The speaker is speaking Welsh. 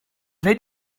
wnei